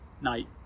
night